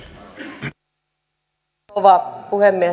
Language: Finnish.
arvoisa rouva puhemies